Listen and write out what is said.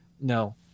no